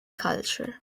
culture